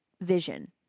vision